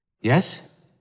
Yes